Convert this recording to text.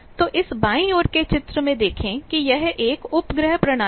तो इस बाईं ओर के चित्र में देखें कि यह एक उपग्रह प्रणाली है